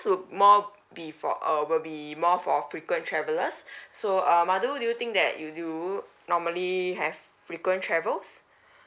more befor~ uh will be more for frequent travellers so um madu do you think that you normally have frequent travels